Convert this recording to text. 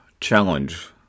challenge